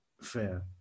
fair